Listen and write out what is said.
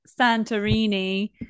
Santorini